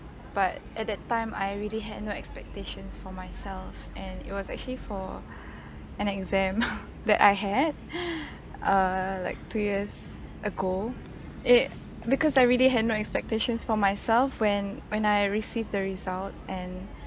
but at that time I really had no expectations for myself and it was actually for an exam that I had err like two years ago it because I really had no expectations for myself when when I received the results and